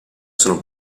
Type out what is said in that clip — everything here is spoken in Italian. sono